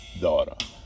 daughter